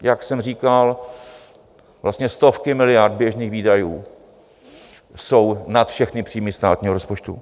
Jak jsem říkal, vlastně stovky miliard běžných výdajů jsou nad všechny příjmy státního rozpočtu.